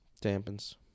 Dampens